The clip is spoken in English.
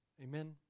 Amen